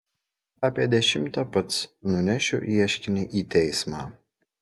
apie dešimtą pats nunešiu ieškinį į teismą